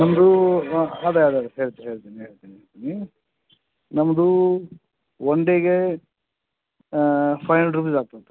ನಮ್ಮದು ಅದೇ ಅದೇ ಅದೇ ಹೇಳ್ತಿ ಹೇಳ್ತೀನಿ ಹೇಳ್ತೀನಿ ಹೇಳ್ತೀನಿ ನಮ್ಮದು ಒನ್ ಡೇಗೆ ಫೈವ್ ಅಂಡ್ರೆಡ್ ರುಪಿಸ್ ಆಗ್ತೈತೆ